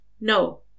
No